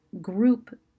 group